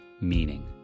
meaning